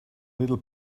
little